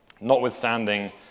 Notwithstanding